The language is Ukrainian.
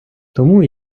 тому